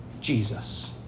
Jesus